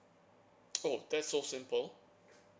oh that so simple